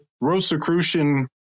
Rosicrucian